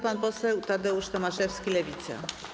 Pan poseł Tadeusz Tomaszewski, Lewica.